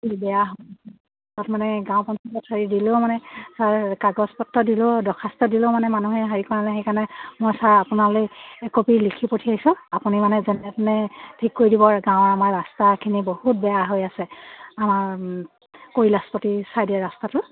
বেয়া তাত মানে গাঁও পঞ্চায়তত হেৰি দিলেও মানে ছাৰ কাগজপত্ৰ দিলেও দৰ্খাস্ত দিলেও মানে মানুহে হেৰি কৰে সেইকাৰণে মই ছাৰ আপোনালৈ একপি লিখি পঠিয়াইছোঁ আপুনি মানে যেনে তেনে ঠিক কৰি দিব আৰু গাঁৱৰ আমাৰ ৰাস্তাখিনি বহুত বেয়া হৈ আছে আমাৰ কৈলাশপতি ছাইডে ৰাস্তাটো